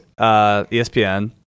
ESPN